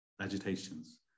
agitations